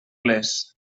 les